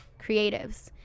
creatives